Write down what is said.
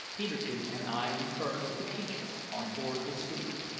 peterkin, and i returned with the teacher on board the schooner.